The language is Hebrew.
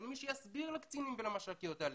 אין מי שיסביר לקצינים ולמש"קיות עליהם.